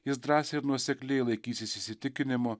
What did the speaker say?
jis drąsiai ir nuosekliai laikytis įsitikinimo